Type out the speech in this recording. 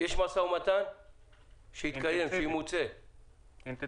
יש משא ומתן שימוצה -- אינטנסיבי.